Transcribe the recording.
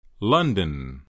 London